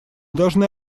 должны